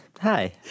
Hi